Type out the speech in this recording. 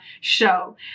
show